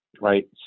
right